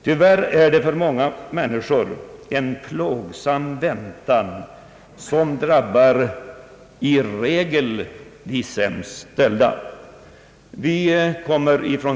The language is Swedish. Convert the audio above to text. Tyvärr är det för många människor en plågsam väntan, som i regel drabbar de sämst ställda.